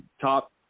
top